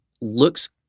Looks